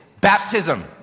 baptism